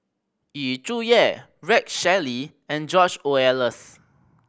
Yu Zhuye Rex Shelley and George Oehlers